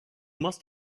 must